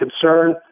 concern